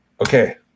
okay